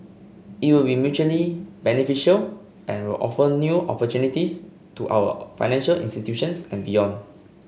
it will be mutually beneficial and will offer new opportunities to our financial institutions and beyond